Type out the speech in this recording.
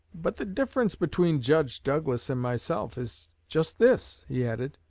but the difference between judge douglas and myself is just this, he added,